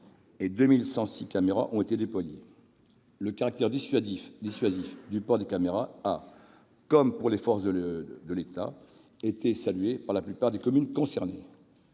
et 2 106 caméras ont été déployées. Le caractère dissuasif du port des caméras par les policiers municipaux, comme pour les forces de l'État, a été salué par la plupart des communes concernées.